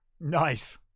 Nice